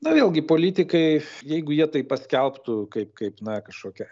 na vėlgi politikai jeigu jie tai paskelbtų kaip kaip na kažkokią